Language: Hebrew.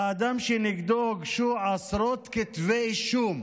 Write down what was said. האדם שנגדו הוגשו עשרות כתבי אישום